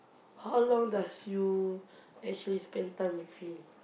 how long does you actually spend time with him